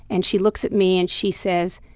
and she looks at me and she says,